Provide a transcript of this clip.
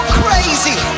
crazy